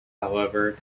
however